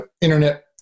internet